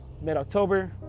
mid-October